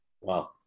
Wow